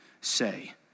say